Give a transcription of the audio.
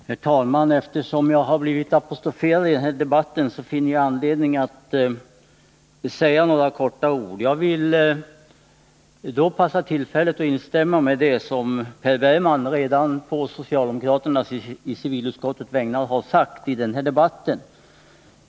Herr talman! Eftersom jag har blivit apostroferad i den här debatten finner jag anledning att säga några få ord. Jag vill passa på tillfället att instämma i det som Per Bergman redan sagt i den här debatten som företrädare för oss socialdemokrater i civilutskottet.